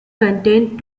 contained